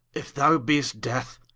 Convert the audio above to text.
if thou beest death,